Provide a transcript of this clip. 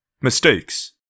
mistakes